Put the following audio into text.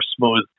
smooth